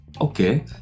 Okay